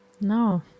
No